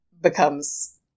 becomes